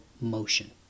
motion